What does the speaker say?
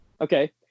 Okay